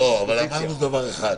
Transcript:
אבל אמרנו דבר אחד,